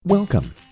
Welcome